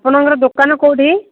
ଆପଣଙ୍କର ଦୋକାନ କେଉଁଠି